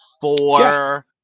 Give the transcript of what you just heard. four